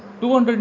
200